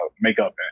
makeup